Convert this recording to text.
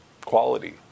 quality